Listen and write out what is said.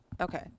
Okay